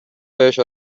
بهش